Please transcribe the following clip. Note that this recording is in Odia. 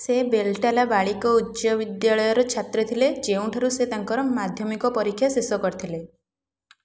ସେ ବେଲଟାଲା ବାଳିକ ଉଚ୍ଚ ବିଦ୍ୟାଳୟର ଛାତ୍ର ଥିଲେ ଯେଉଁଠାରୁ ସେ ତାଙ୍କର ମାଧ୍ୟମିକ ପରୀକ୍ଷା ଶେଷ କରିଥିଲେ